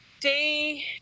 day